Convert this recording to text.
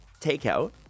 takeout